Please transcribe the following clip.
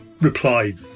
replied